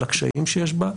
על הקשיים שיש בה,